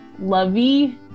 lovey